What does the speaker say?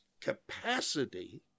capacity